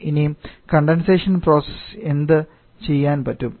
ഇനിയും കണ്ടെൻസേഷൻ പ്രോസസ്ന് എന്ത് ചെയ്യാൻ പറ്റും